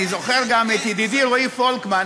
אני זוכר גם את ידידי רועי פולקמן,